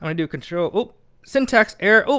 um do control syntax error!